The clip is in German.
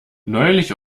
neulich